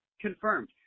confirmed